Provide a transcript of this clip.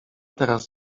teraz